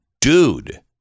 dude